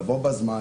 לבוא בזמן.